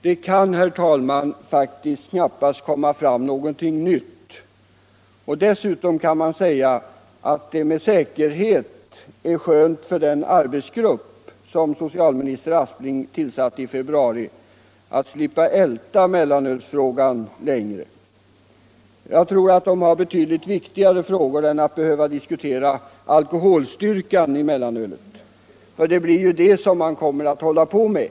Det kan, herr talman, knappast komma fram någonting nytt, och dessutom kan man säga att det med säkerhet är skönt för den arbetsgrupp som socialminister Aspling tillsatte i februari att slippa älta mellanölsfrågan längre. Jag tror att den gruppen har betydligt viktigare frågor att arbeta med än att diskutera mellanölets alkoholstyrka, för det blir ju det som man kommer att hålla på med.